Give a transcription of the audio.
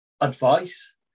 advice